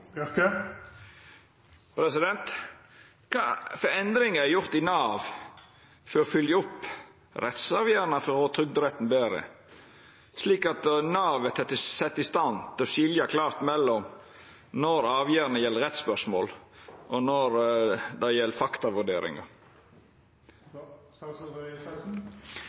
Kva for endringar er gjorde i Nav for å fylgja opp rettsavgjerdene frå Trygderetten betre, slik at Nav vert sett i stand til å skilja klart mellom når avgjerdene gjeld rettsspørsmål, og når dei gjeld